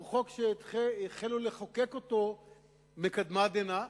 הוא חוק שהחלו לחוקק אותו מקדמת דנא,